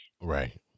Right